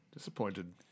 Disappointed